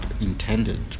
intended